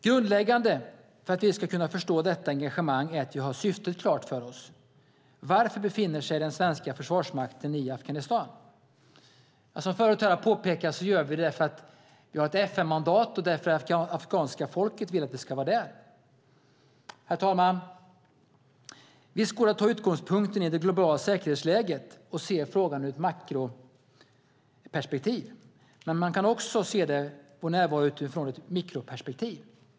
Grundläggande för att vi ska kunna förstå detta engagemang är att vi har syftet klart för oss. Varför befinner sig den svenska försvarsmakten i Afghanistan? Som förut har påpekats här gör vi det för att vi har ett FN-mandat och därför att det afghanska folket vill att vi ska vara där. Herr talman! Visst går det att ta utgångspunkten i det globala säkerhetsläget och se frågan ur ett makroperspektiv. Men man kan också se på vår närvaro utifrån ett mikroperspektiv.